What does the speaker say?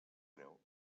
greu